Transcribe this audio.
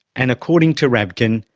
and according to rabkin,